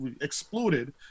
exploded